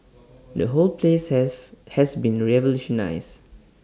the whole place have has been revolutionised